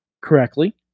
correctly